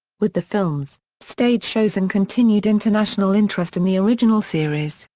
with the films, stage shows and continued international interest in the original series,